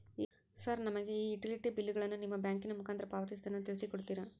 Sir ನಮಗೆ ಈ utility ಬಿಲ್ಲುಗಳನ್ನು ನಿಮ್ಮ ಬ್ಯಾಂಕಿನ ಮುಖಾಂತರ ಪಾವತಿಸುವುದನ್ನು ತಿಳಿಸಿ ಕೊಡ್ತೇರಾ?